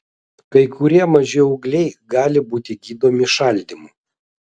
kai kurie maži augliai gali būti gydomi šaldymu